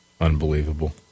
Unbelievable